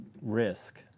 Risk